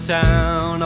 town